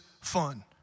fun